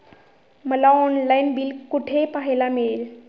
मला online bill कुठे पाहायला मिळेल?